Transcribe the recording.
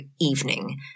evening